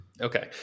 Okay